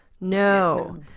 No